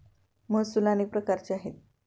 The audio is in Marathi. महसूल अनेक प्रकारचे आहेत